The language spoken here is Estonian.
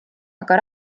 aga